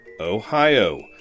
Ohio